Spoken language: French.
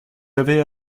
avez